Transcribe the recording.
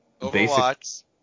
Overwatch